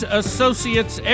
associates